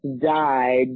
died